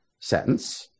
sentence